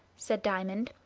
said diamond,